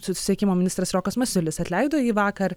susisiekimo ministras rokas masiulis atleido jį vakar